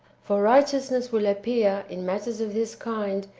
for righteousness will appear, in matters of this kind,